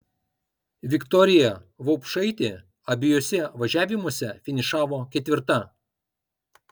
viktorija vaupšaitė abiejuose važiavimuose finišavo ketvirta